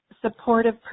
supportive